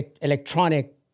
electronic